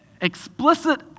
explicit